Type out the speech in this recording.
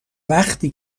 وقتی